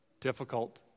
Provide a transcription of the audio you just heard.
difficult